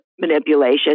manipulation